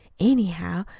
anyhow,